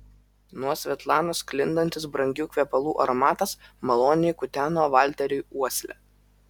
nuo svetlanos sklindantis brangių kvepalų aromatas maloniai kuteno valteriui uoslę